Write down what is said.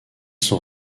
sont